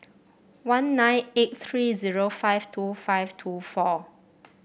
one nine eight three zero five two five two four